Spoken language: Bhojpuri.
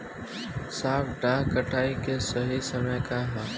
सॉफ्ट डॉ कटाई के सही समय का ह?